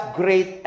great